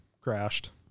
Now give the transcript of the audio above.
Crashed